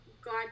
God